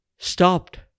Stopped